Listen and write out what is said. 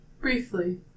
Briefly